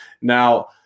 Now